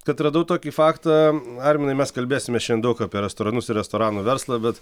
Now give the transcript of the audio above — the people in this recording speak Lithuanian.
kad radau tokį faktą arminai mes kalbėsime šian daug apie restoranus ir restoranų verslą bet